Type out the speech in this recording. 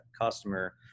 customer